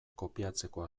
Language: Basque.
kopiatzeko